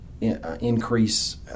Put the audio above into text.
increase